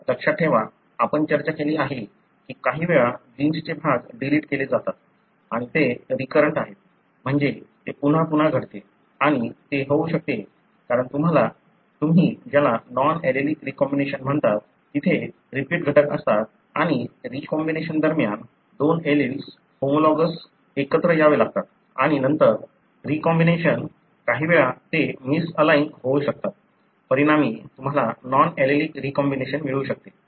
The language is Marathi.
तर लक्षात ठेवा आपण चर्चा केली आहे की काही वेळा जीन्सचे भाग डिलीट केले जातात आणि ते रीकरंट आहे म्हणजे ते पुन्हा पुन्हा घडते आणि ते होऊ शकते कारण तुम्ही ज्याला नॉन एलेलीक रीकॉम्बिनेशन म्हणता तेथे रिपीट घटक असतात आणि रीकॉम्बिनेशन दरम्यान दोन एलील्स होमोलॉगस एकत्र यावे लागतात आणि नंतर रीकॉम्बिनेशन काही वेळा ते मिसअलाइन होऊ शकतात परिणामी तुम्हाला नॉन एलेलिक रीकॉम्बिनेशन मिळू शकते